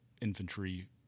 Infantry